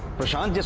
prashant.